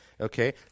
Okay